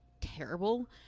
terrible